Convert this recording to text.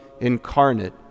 incarnate